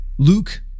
Luke